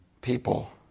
people